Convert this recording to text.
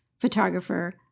photographer